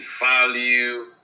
value